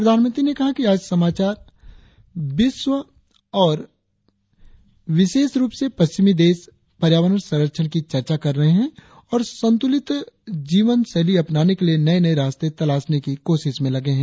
प्रधानमंत्री ने कहा कि आज समाचार विश्व और विशेष रुप से पश्चिमी देश पर्यावरण संरक्षण की चर्चा कर रहें है और संतुलित जीवन शैली अपनाने के लिए नए नए रास्ते तलाशने की कोशिश में लगे हैं